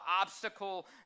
obstacle